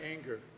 anger